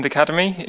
Academy